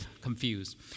confused